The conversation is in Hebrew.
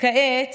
כעת,